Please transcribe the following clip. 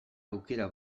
aukera